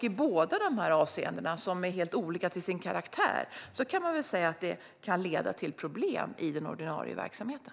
I båda de här avseendena, som är helt olika till sin karaktär, kan man säga att det kan leda till problem i den ordinarie verksamheten.